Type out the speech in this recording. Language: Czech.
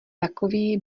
takový